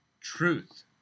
truth